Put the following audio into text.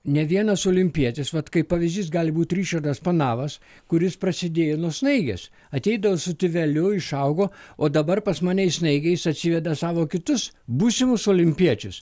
ne vienas olimpietis vat kaip pavyzdys gali būt ričardas panavas kuris prasidėjo nuo snaigės ateidavo su tėveliu išaugo o dabar pas mane į snaigę jis atsiveda savo kitus būsimus olimpiečius